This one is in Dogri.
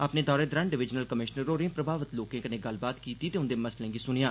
अपने दौरे दौरान डिवीजनल कमिशनर होरें प्रमावित लोकें कन्नै गल्लबात कीती ते उंदे मसलें गी सुनेआ